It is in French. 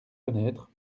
fenêtre